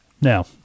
Now